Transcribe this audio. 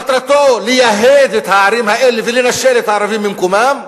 מטרתו לייהד את הערים האלה ולנשל את הערבים ממקומם.